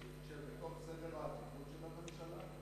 שהם בתוך סדר העדיפויות של הממשלה?